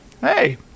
Hey